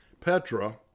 Petra